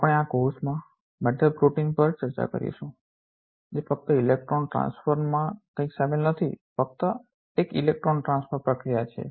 આપણે આ કોર્સમાં મેટલ પ્રોટીન પર પણ ચર્ચા કરીશું જે ફક્ત ઇલેક્ટ્રોના ટ્રાન્સફર transfer સ્થળાંતર માં કંઇક શામેલ નથી ફક્ત એક ઇલેક્ટ્રોન ટ્રાન્સફર પ્રક્રિયાઓ છે